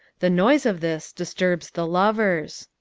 the noise of this disturbs the lovers.